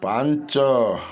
ପାଞ୍ଚ